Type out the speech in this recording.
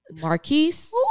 Marquise